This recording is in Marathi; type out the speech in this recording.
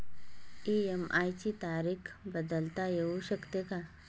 इ.एम.आय ची तारीख बदलता येऊ शकते का?